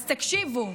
אז תקשיבו,